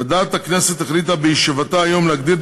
ועדת הכנסת החליטה בישיבתה היום להגדיל את